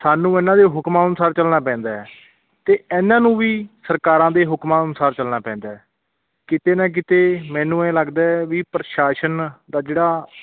ਸਾਨੂੰ ਇਹਨਾਂ ਦੇ ਹੁਕਮਾਂ ਅਨੁਸਾਰ ਚੱਲਣਾ ਪੈਂਦਾ ਅਤੇ ਇਹਨਾਂ ਨੂੰ ਵੀ ਸਰਕਾਰਾਂ ਦੇ ਹੁਕਮਾਂ ਅਨੁਸਾਰ ਚੱਲਣਾ ਪੈਂਦਾ ਕਿਤੇ ਨਾ ਕਿਤੇ ਮੈਨੂੰ ਇਹ ਲੱਗਦਾ ਵੀ ਪ੍ਰਸ਼ਾਸਨ ਦਾ ਜਿਹੜਾ